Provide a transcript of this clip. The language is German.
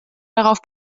darauf